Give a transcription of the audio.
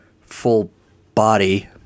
full-body